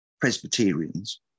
Presbyterians